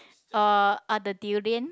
uh are the durian